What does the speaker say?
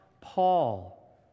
Paul